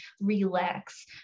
Relax